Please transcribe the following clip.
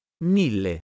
Mille